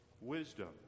wisdom